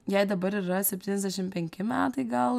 jai dabar yra septyniasdešim penki metai gal